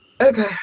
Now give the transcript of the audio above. Okay